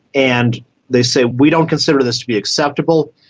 and they say we don't consider this to be acceptable,